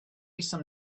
some